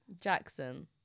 Jackson